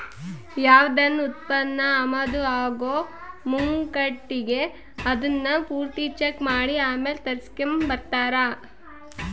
ಯಾವ್ದನ ಉತ್ಪನ್ನ ಆಮದು ಆಗೋ ಮುಂಕಟಿಗೆ ಅದುನ್ನ ಪೂರ್ತಿ ಚೆಕ್ ಮಾಡಿ ಆಮೇಲ್ ತರಿಸ್ಕೆಂಬ್ತಾರ